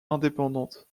indépendantes